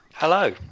Hello